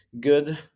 good